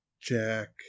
Jack